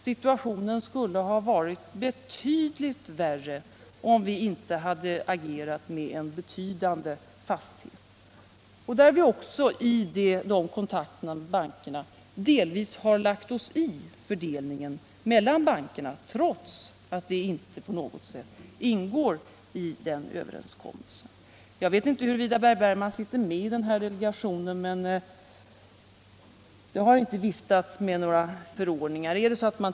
Situationen skulle ha varit betydligt värre om vi inte hade agerat med en betydande fasthet. I kontakterna med bankerna har vi också delvis lagt oss i fördelningen mellan bankerna — trots att det inte på något sätt ingår i överenskommelsen. Jag vet inte huruvida Per Bergman sitter med i delegationen, men jag kan upplysa om att det inte har viftats med några förordningar.